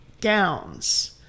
gowns